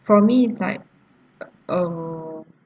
for me it's like uh uh